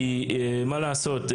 כי מה לעשות,